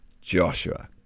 Joshua